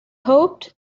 hoped